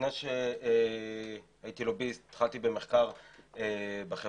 לפני שהייתי לוביסט התחלתי מחקר בחברה